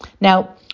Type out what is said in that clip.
Now